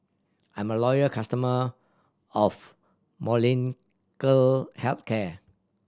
I'm a loyal customer of Molnylcke Health Care